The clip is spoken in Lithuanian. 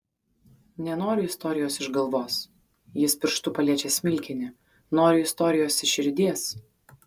nenoriu istorijos iš galvos jis pirštu paliečia smilkinį noriu istorijos iš širdies